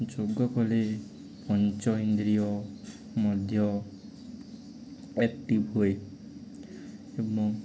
ଯୋଗ କଲେ ପଞ୍ଚ ଇନ୍ଦ୍ରୀୟ ମଧ୍ୟ ଆକ୍ଟିଭ ହୁଏ ଏବଂ